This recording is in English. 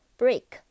break